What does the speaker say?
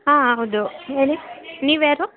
ಹಾಂ ಹೌದು ಹೇಳಿ ನೀವು ಯಾರು